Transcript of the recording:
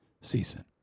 season